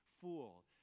fool